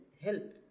help